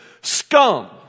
scum